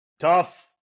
Tough